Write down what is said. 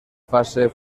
fase